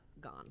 gone